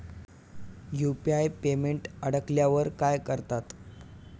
UPI payment अडकल्यावर काय करतात?